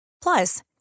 Plus